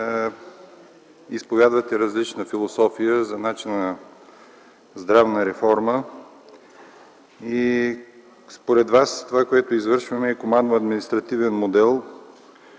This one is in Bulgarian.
изповядвате различна философия за начина на здравна реформа. Според Вас това, което извършваме, е командно-административен модел,